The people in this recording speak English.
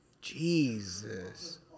Jesus